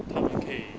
他能会